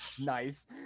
Nice